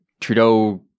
Trudeau